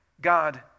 God